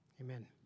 Amen